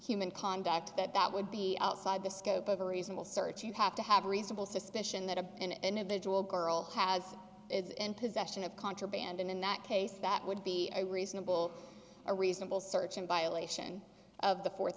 human contact that that would be outside the scope of a reasonable search you have to have reasonable suspicion that a and if it will girl has it in possession of contraband and in that case that would be a reasonable a reasonable search in violation of the fourth